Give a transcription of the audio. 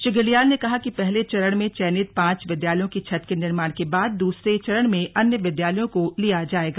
श्री धिल्डियाल ने कहा कि पहले चरण में चयनित पांच विद्यालयों की छत के निर्माण के बाद दूसरे चरण में अन्य विद्यालयों को लिया जाएगा